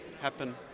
happen